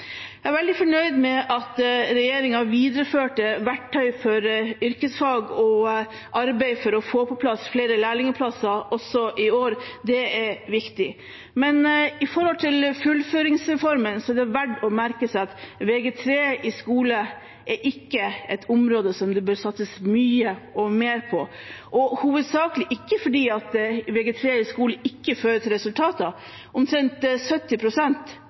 Jeg er veldig fornøyd med at regjeringen videreførte verktøy for yrkesfag og arbeid for å få på plass flere lærlingplasser også i år. Det er viktig. Men med tanke på fullføringsreformen er det verdt å merke seg at Vg3 i skole ikke er et område som det bør satses mye og mer på. Det er ikke hovedsakelig fordi Vg3 i skole ikke fører til resultater – omtrent